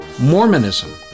Mormonism